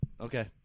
Okay